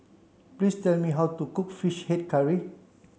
please tell me how to cook fish head curry